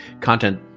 content